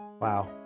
Wow